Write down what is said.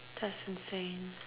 that's insane